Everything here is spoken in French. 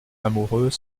amoureux